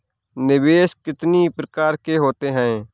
निवेश कितनी प्रकार के होते हैं?